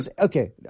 Okay